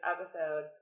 episode